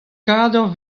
kador